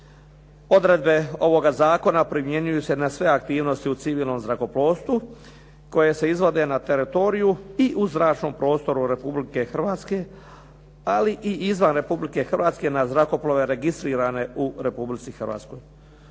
Odredbe ovoga zakona primjenjuju se na sve aktivnosti u civilnom zrakoplovstvu koje se izvode na teritoriju i u zračnom prostoru Republike Hrvatske ali i izvan Republike Hrvatske na zrakoplove registrirane u Republici Hrvatskoj.